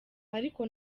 ariko